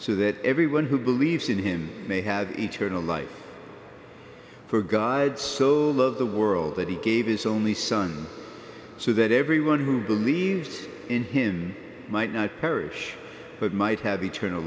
so that everyone who believes in him may have eternal life for god so loved the world that he gave his only son so that everyone who believed in him might not perish but might have eternal